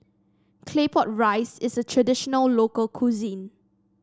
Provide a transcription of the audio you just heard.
Claypot Rice is a traditional local cuisine